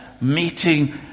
meeting